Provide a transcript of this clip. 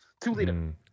Two-liter